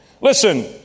Listen